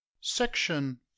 Section